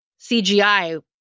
CGI